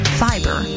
fiber